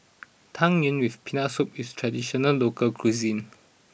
Tang Yuen with Peanut Soup is traditional local cuisine